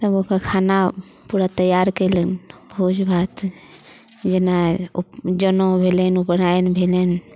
सभगोके खाना पूरा तैयार कयलनि भोज भात जेना जनेऊ भेलनि उपनयन भेलनि